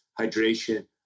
hydration